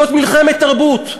זאת מלחמת תרבות,